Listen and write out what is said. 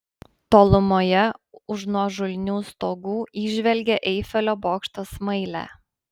tolumoje už nuožulnių stogų įžvelgė eifelio bokšto smailę